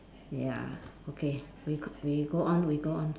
ya okay we g~ we go on we go on